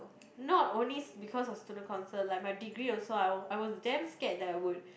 not only because of student council like my degree also I were I was damn scared that I would